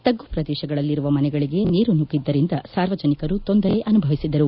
ತಗ್ಗು ಪ್ರದೇಶಗಳಲ್ಲಿರುವ ಮನೆಗಳಿಗೆ ನೀರು ನುಗ್ಗಿದ್ದರಿಂದ ಸಾರ್ವಜನಿಕರು ತೊಂದರೆ ಅನುಭವಿಸಿದರು